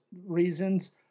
reasons